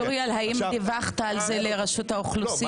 האם דיווחת על זה לרשות האוכלוסין?